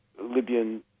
Libyan